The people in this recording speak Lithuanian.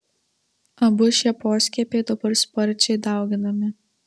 abu šie poskiepiai dabar sparčiai dauginami